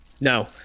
No